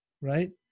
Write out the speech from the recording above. right